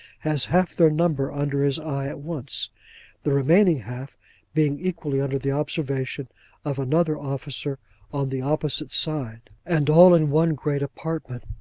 has half their number under his eye at once the remaining half being equally under the observation of another officer on the opposite side and all in one great apartment.